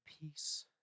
peace